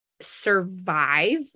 survive